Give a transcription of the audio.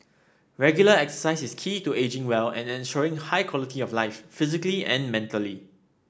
regular exercise is key to ageing well and ensuring a high quality of life physically and mentally